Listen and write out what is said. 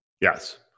Yes